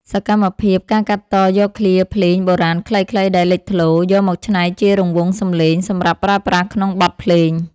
សកម្មភាព ការកាត់តយកឃ្លាភ្លេងបុរាណខ្លីៗដែលលេចធ្លោ យកមកច្នៃជារង្វង់សំឡេង សម្រាប់ប្រើប្រាស់ក្នុងបទភ្លេង។